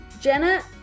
Jenna